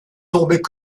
tombaient